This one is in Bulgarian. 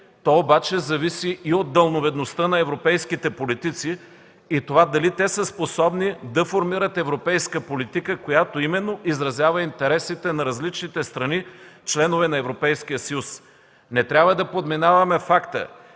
То обаче зависи и от далновидността на европейските политици, и от това дали те са способни да формират европейска политика, която именно изразява интересите на различните страни – членове на Европейския съюз. Не трябва да подминаваме факта,